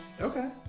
Okay